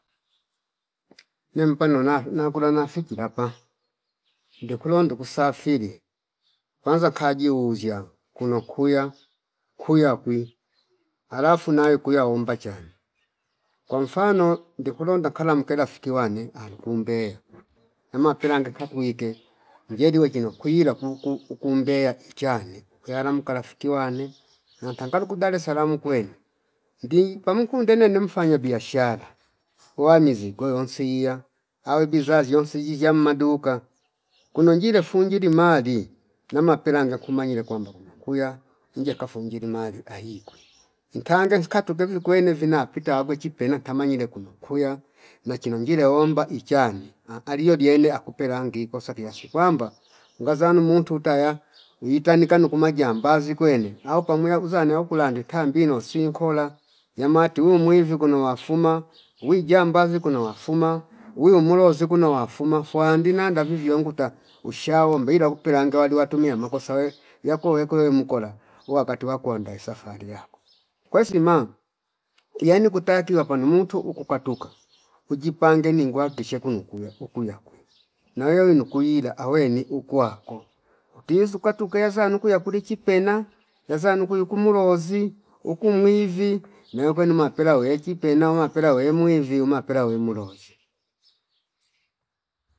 Nem panona nakula nafiki yapa ndekulo nduku safili kwanza nkajiuzi yanu kuno kwia kuyakwi alafu nayo kwi yaomba chani kwa mfano ndikulo ndakana kemlafiki wane ankumbe nepala ngekatu wike njeliwe chino kwiila kuuku ukumbeya chani kwiya namkala fiki wane natangala ku Dalesalamu kwene ndi pamu kundena namfanya biashara uwamizi kweyo wonsia awe biza ziyonsi izizishya maduka kuno njile funjili mali nama pela ngaku manyile kwamba kuno kwia inje kafungili mali aikwe. Ntange zishkatu keevi kwene vinapita wakwe chipena tamanyile kuno kwia machino ngile womba ichani ahh aliyo ndiyene akupela ngi kosa kila siku kwamba ngazanu muntu taya wiitani kanu kumajambazi kwene au pamuya uza nayo kulange tambi nosi nkola yamatu umwivu kuno wafuma wi jambazi kuno wafuma wi umulozi kwino wafuma fuwandi naanda vivyo nguta ushao mbila kupelanga wali watumia makosa we yako wekole imukola uwakati wakuandae safari yakwe kwesima yanu kutakila pano muntu uku kwatuka uji pange ningwa kishe kunu kuya uku yakwe nawia wino kwila awene ukwako utizu katukea zanu kuya kulichipena yazanu kuyu kumulozi uku mwivi nayo kwenu mapela wechi pena umapera wemwivi umapera wemurozi